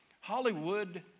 Hollywood